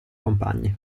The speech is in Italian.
compagni